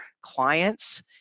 clients